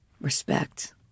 respect